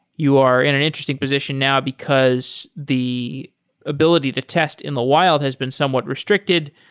you are in an interesting position now because the ability to test in the wild has been somewhat restricted.